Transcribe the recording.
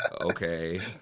okay